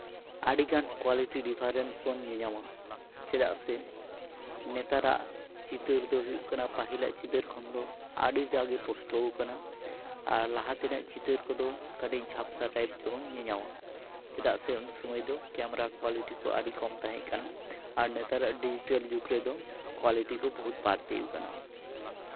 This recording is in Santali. ᱟᱹᱰᱤᱜᱟᱱ ᱠᱳᱣᱟᱞᱤᱴᱤ ᱰᱤᱯᱷᱟᱨᱮᱱᱥ ᱵᱚᱱ ᱧᱮᱧᱟᱢᱟ ᱪᱮᱫᱟᱜ ᱥᱮ ᱱᱮᱛᱟᱨᱟᱜ ᱪᱤᱛᱟᱹᱨ ᱫᱚ ᱦᱩᱭᱩᱜ ᱠᱟᱱᱟ ᱯᱟᱹᱦᱤᱞᱟᱜ ᱪᱤᱛᱟᱹᱨ ᱠᱷᱚᱱ ᱫᱚ ᱟᱹᱰᱤᱴᱟᱜ ᱜᱮ ᱯᱩᱥᱴᱟᱹᱣ ᱠᱟᱱᱟ ᱟᱨ ᱞᱟᱦᱟ ᱛᱮᱱᱟᱜ ᱪᱤᱛᱟᱹᱨ ᱠᱚᱫᱚ ᱟᱹᱰᱤ ᱡᱷᱟᱯᱥᱟ ᱴᱟᱭᱤᱯ ᱜᱮᱵᱚᱱ ᱧᱮᱧᱟᱢᱟ ᱪᱮᱫᱟᱜ ᱥᱮ ᱩᱱᱥᱚᱢᱚᱭ ᱫᱚ ᱠᱮᱢᱮᱨᱟ ᱠᱳᱣᱟᱞᱤᱴᱤ ᱠᱚ ᱟᱹᱰᱤ ᱠᱚᱢ ᱛᱟᱦᱮᱸ ᱠᱟᱱᱟ ᱟᱨ ᱱᱮᱛᱟᱨᱟᱜ ᱰᱤᱡᱤᱴᱮᱞ ᱡᱩᱜᱽ ᱨᱮᱫᱚ ᱠᱳᱣᱟᱞᱤᱴᱤ ᱠᱚ ᱵᱚᱦᱩᱫ ᱵᱟᱹᱲᱛᱤ ᱟᱠᱟᱱᱟ